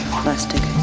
plastic